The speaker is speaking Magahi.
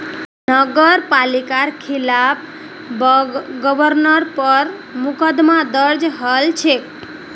नगर पालिकार खिलाफ गबनेर पर मुकदमा दर्ज हल छ